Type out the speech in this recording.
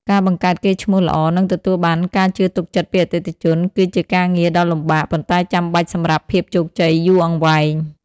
ការបង្កើតកេរ្តិ៍ឈ្មោះល្អ និងទទួលបានការជឿទុកចិត្តពីអតិថិជនគឺជាការងារដ៏លំបាក ប៉ុន្តែចាំបាច់សម្រាប់ភាពជោគជ័យយូរអង្វែង។